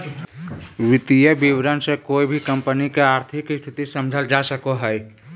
वित्तीय विवरण से कोय भी कम्पनी के आर्थिक स्थिति समझल जा सको हय